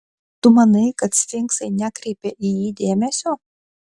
tu manai kad sfinksai nekreipia į jį dėmesio